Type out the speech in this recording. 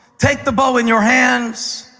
take the bow in your hands